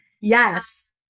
Yes